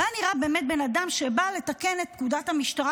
הוא היה נראה באמת בן אדם שבא לתקן את פקודת המשטרה,